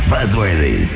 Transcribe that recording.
Buzzworthy